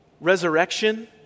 resurrection